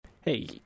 Hey